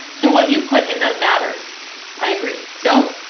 so what you put in them matters i agree so.